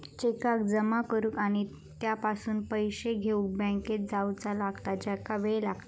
चेकाक जमा करुक आणि त्यापासून पैशे घेउक बँकेत जावचा लागता ज्याका वेळ लागता